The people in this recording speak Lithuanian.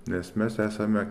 nes mes esame